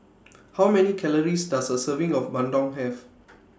How Many Calories Does A Serving of Bandung Have